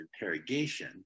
interrogation